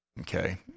Okay